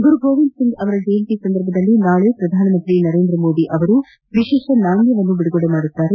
ಗುರುಗೋವಿಂದ ಸಿಂಗ್ ಅವರ ಜಯಂತಿ ಸಂದರ್ಭದಲ್ಲಿ ನಾಳೆ ಪ್ರಧಾನಮಂತ್ರಿ ನರೇಂದ್ರ ಮೋದಿ ಅವರು ವಿಶೇಷ ನಾಣ್ಣವನ್ನು ಬಿಡುಗಡೆ ಮಾಡಲಿದ್ದಾರೆ